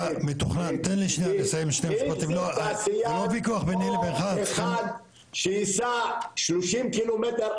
אתה מתוכנן -- תן לי תעשיין או אחד שיסע 30 ק"מ,